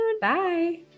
Bye